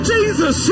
Jesus